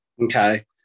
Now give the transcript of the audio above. Okay